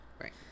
Right